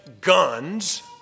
guns